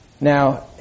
Now